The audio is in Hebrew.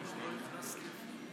איך נותנים לך להיות בכנסת?